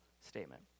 statement